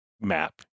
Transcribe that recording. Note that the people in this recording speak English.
map